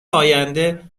آینده